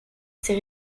ses